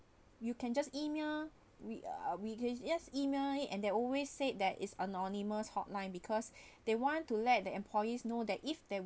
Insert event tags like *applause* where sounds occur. you can just email we uh we can just email it and they always say that is anonymous hotline because *breath* they want to let the employees know that if they